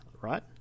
right